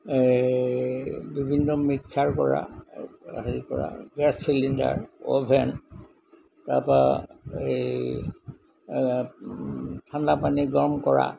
বিভিন্ন মিক্সাৰ কৰা হেৰি কৰা গেছ চিলিণ্ডাৰ অ'ভেন তাৰপা এই ঠাণ্ডা পানী গৰম কৰা